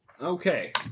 Okay